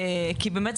כי באמת,